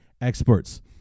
experts